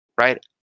right